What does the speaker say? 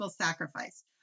sacrifice